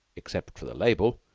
except for the label,